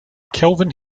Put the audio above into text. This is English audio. kelvin